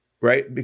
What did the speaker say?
right